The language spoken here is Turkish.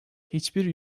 hiçbir